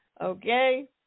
Okay